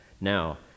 Now